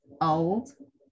old